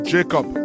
Jacob